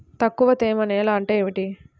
తక్కువ తేమ నేల అంటే ఏమిటి?